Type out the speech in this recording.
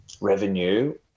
revenue